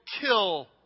kill